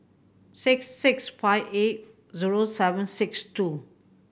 six six five eight zero seven six two